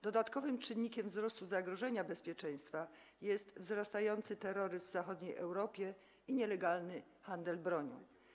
Dodatkowym czynnikiem wzrostu zagrożenia bezpieczeństwa jest wzrastający terroryzm w zachodniej Europie i nielegalny handel bronią.